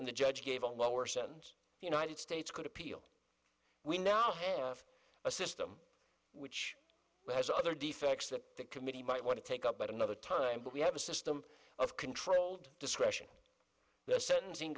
and the judge gave a lower sentence united states could appeal we now have a system which has other defects that the committee might want to take up at another time but we have a system of controlled discretion the sentencing